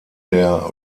der